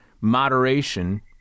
moderation